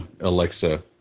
Alexa